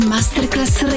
Masterclass